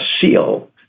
SEAL